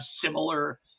similar